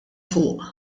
fuq